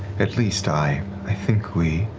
at least i i think we.